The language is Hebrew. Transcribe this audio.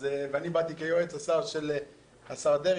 ואני באתי כיועץ של השר דרעי,